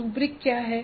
rubric क्या है